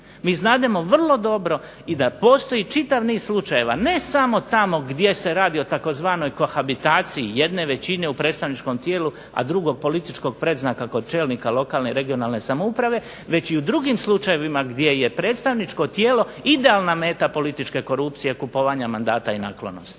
Mi znademo vrlo dobro i da postoji čitav niz slučajeva, ne samo tamo gdje se radi o tzv. kohabitaciji jedne većine u predstavničkom tijelu, a drugog političkog predznaka kod čelnika lokalne i regionalne samouprave već i u drugim slučajevima gdje je predstavničko tijelo idealna meta političke korupcije, kupovanja mandata i naklonosti.